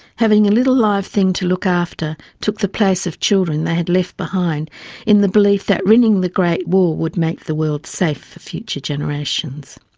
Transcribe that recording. having a little live thing to look after took the place of children they had left behind in the belief that winning the great war would make the world safe for future generations.